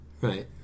Right